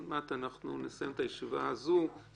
אנחנו חושבים שזו הגנת ייתר.